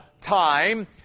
time